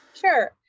Sure